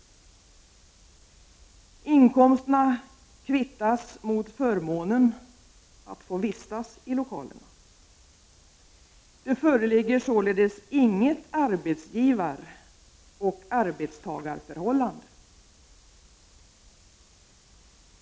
Inkomsterna kvittas mot förmånen att få vistas i lokalerna. Det föreligger således inget arbetsgivar-arbetstagarförhållande.